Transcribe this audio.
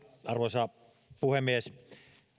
arvoisa puhemies